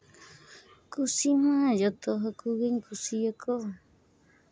ᱠᱩᱥᱤ ᱢᱟ ᱡᱚᱛᱚ ᱦᱟᱹᱠᱩ ᱜᱤᱧ ᱠᱩᱥᱤᱭᱟᱠᱚ